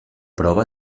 prova